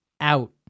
out